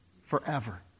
forever